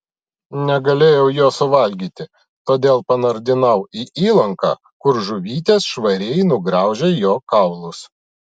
negalėjau jo suvalgyti todėl panardinau į įlanką kur žuvytės švariai nugraužė jo kaulus